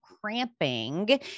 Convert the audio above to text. cramping